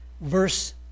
verse